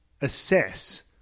assess